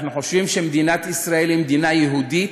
אנחנו חושבים שמדינת ישראל היא מדינה יהודית,